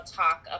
talk